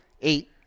eight